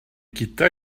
gyda